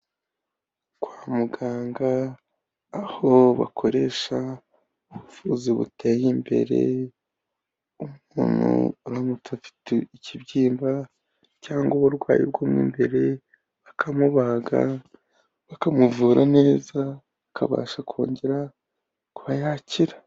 Kwa muganga aho bakoresha ubuvuzi buteye imbere, umuntu aramutse afite ikibyimba cyangwa uburwayi bwo mo imbere bakamubaga bakamuvura neza akabasha kongera kuba yakira.